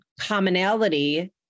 commonality